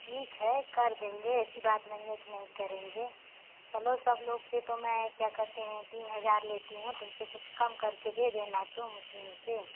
ठीक है कर देंगे ऐसी बात नहीं है कि नहीं करेंगे चलो सब लोग फिर तुम्हें क्या कहते हैं तीन हज़ार लेती हूँ तुमसे कुछ कम कर के दे देना तुम उसी में से